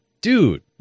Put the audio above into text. dude